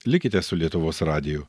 likite su lietuvos radiju